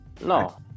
No